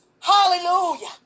Hallelujah